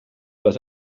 was